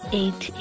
eight